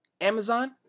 Amazon